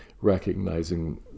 recognizing